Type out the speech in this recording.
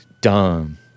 Dumb